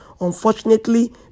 Unfortunately